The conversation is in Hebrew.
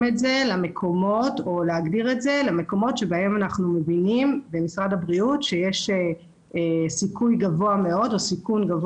את זה למקומות שבהם במשרד הבריאות מבינים שיש סיכון גבוה להידבקות.